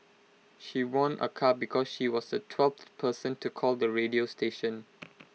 she won A car because she was the twelfth person to call the radio station